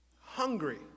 hungry